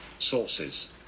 sources